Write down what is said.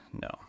no